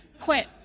quit